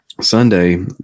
Sunday